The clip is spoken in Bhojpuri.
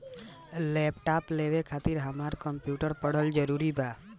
लैपटाप लेवे खातिर हमरा कम्प्युटर पढ़ल जरूरी बा?